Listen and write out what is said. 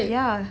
ya